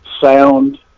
sound